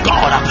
God